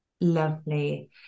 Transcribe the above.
lovely